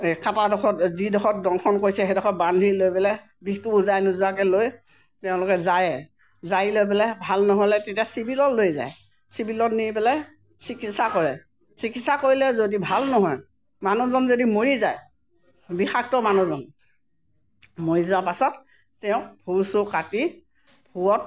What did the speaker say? কটাডোখৰত যিডোখৰত দংশন কৰিছে সেইডোখৰত বান্ধি লৈ পেলাই বিষটো উজাই নোযোৱাকৈ লৈ তেওঁলোকে জাৰে জাৰি লৈ পেলাই তেতিয়া ভাল নহ'লে তেতিয়া চিভিলত লৈ যায় চিভিলত নি পেলাই চিকিৎসা কৰে চিকিৎসা কৰিলে যদি ভাল নহয় মানুহজন যদি মৰি যায় বিষাক্ত মানুহজন মৰি যোৱা পাছত তেওঁ ভুঁৰ চুৰ কাটি ভুঁৰত